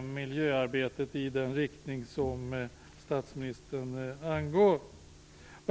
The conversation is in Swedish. miljöarbetet i den riktning som statsministern angav? Fru talman!